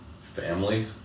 family